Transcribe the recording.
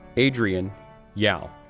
adrian yao,